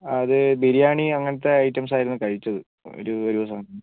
അത് ബിരിയാണി അങ്ങനത്തെ ഐറ്റംസ് ആയിരുന്നു കഴിച്ചത് ഒരു ഒരു ദിവസം